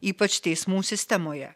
ypač teismų sistemoje